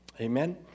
Amen